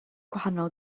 gwahanol